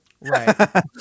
Right